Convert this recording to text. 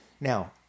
now